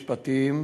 משפטיים,